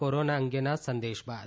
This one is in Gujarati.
કોરોના અંગેના આ સંદેશ બાદ